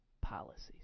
policies